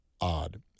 odd